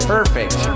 Perfect